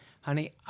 honey